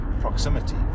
proximity